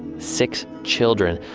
six children.